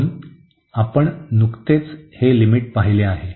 म्हणून आपण नुकतीच हे लिमिट पाहिले आहे